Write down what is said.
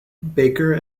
baker